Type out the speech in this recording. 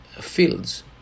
fields